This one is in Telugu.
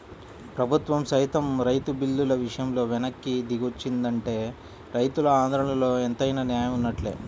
ప్రభుత్వం సైతం రైతు బిల్లుల విషయంలో వెనక్కి దిగొచ్చిందంటే రైతుల ఆందోళనలో ఎంతైనా నేయం వున్నట్లే